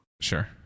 Sure